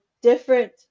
different